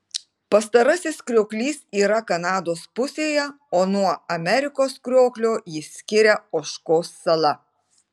pastarasis krioklys yra kanados pusėje o nuo amerikos krioklio jį skiria ožkos sala